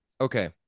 Okay